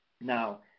now